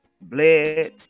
bled